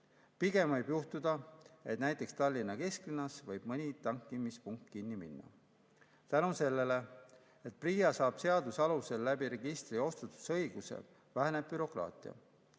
Pigem võib juhtuda, et näiteks Tallinna kesklinnas võib mõni tankimispunkt kinni minna. Tänu sellele, et PRIA saab seaduse alusel [õiguse registrit kasutades] otsustada, väheneb bürokraatia.